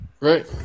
right